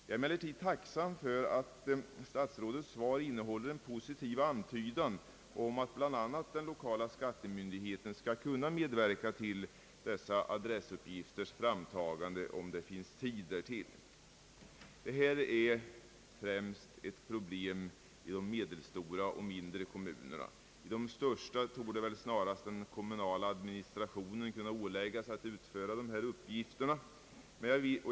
Jag är emellertid tacksam för att statsrådets svar innehåller en positiv antydan om att bl.a. den lokala skattemyndigheten skall kunna medverka till dessa adressuppgifters framtagande om det finns tid därtill. Det här är främst ett problem i de medelstora och mindre kommunerna. I de största kommunerna torde väl den kommunala administrationen kunna åläggas att utföra dessa uppgifter.